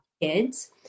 kids